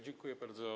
Dziękuję bardzo.